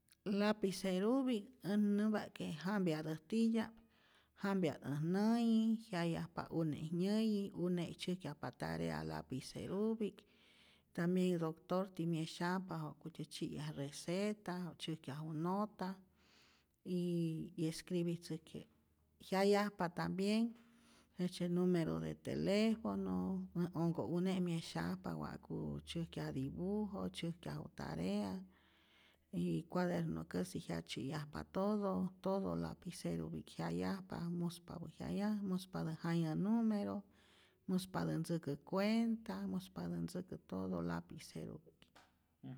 Lapicerupi'k äj nämpa't que jampyatät titya'p, jampya't äj näyi, jyayajpa une' nyäyi, une'i tzyäjkyajpa tarea lapicerupi'k, tambien doctortij myesyajpa jakutyät tzyiyaju receta, ja'ku tzyäjkyaju nota, y 'yescripitzäjkä jyayajpa tambien jejtzye numero de telefono, äj onko'une' myesyajpa wa'ku tzyäjkyaju dibujo, tzyäjkyaju tarea, y cuaderno' käsi jyatzyä'yajpa todo, todo lapicerupi'k jyayajpa, muspapä jyayaj, muspatä jayä numero, muspatä ntzäkä cuenta, muspatä ntzäkä todo lapicerupi'k.